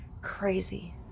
Crazy